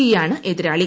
E യാണ് എതിരാളി